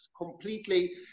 completely